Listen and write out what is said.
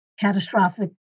catastrophic